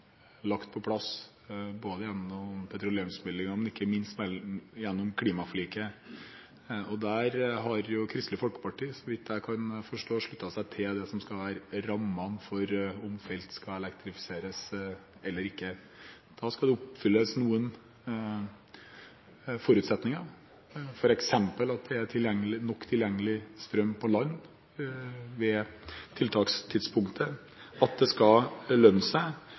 lagt på plass både gjennom petroleumsmeldingen og ikke minst gjennom klimaforliket. Der har Kristelig Folkeparti – så vidt jeg forstår – sluttet seg til det som skal være rammene for om felt skal elektrifiseres eller ikke. Da skal det oppfylles noen forutsetninger, f.eks. at det er nok tilgjengelig strøm på land ved tiltakspunktet, og at det skal lønne seg.